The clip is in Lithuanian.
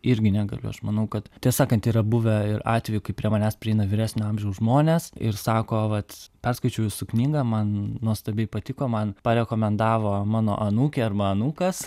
irgi negaliu aš manau kad tiesą sakant yra buvę ir atvejų kai prie manęs prieina vyresnio amžiaus žmonės ir sako vat perskaičiau jūsų knygą man nuostabiai patiko man parekomendavo mano anūkė arba anūkas